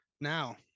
now